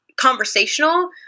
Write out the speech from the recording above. conversational